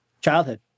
childhood